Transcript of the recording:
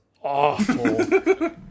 awful